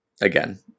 again